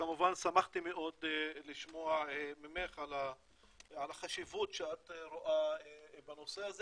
וכמובן שמחתי מאוד לשמוע ממך על החשיבות שאת רואה בנושא הזה